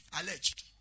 alleged